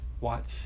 watch